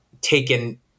taken